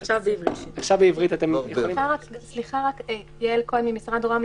אני יעל כהן ממשרד רוה"מ.